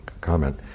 comment